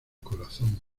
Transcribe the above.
corazón